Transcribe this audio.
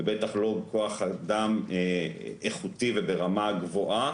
ובטח לא כוח אדם איכותי וברמה גבוהה,